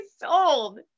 Sold